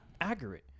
accurate